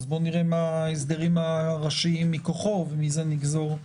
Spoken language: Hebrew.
אז בוא נראה מה ההסדרים הראשיים מכוחו ומזה נגזור.